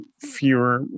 fewer